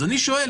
אז אני שואל,